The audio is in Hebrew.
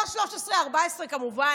לא 13. 14 כמובן,